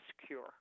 secure